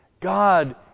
God